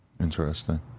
Interesting